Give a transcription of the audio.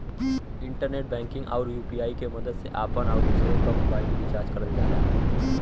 internet banking आउर UPI के मदद से आपन आउर दूसरे क मोबाइल भी रिचार्ज करल जाला